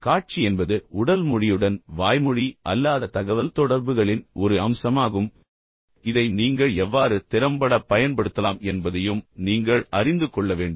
காட்சி என்பது உடல் மொழியுடன் வாய்மொழி அல்லாத தகவல்தொடர்புகளின் ஒரு அம்சமாகும் இதை நீங்கள் எவ்வாறு திறம்பட பயன்படுத்தலாம் என்பதையும் நீங்கள் அறிந்து கொள்ள வேண்டும்